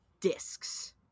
discs